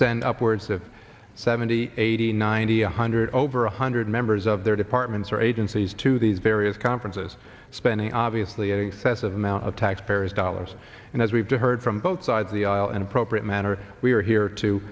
send upwards of seventy eighty ninety one hundred over one hundred members of their departments or agencies to these various conferences spending obviously an excessive amount of taxpayers dollars and as we've heard from both sides of the aisle and appropriate manner we are here to